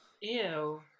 Ew